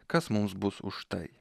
kas mums bus už tai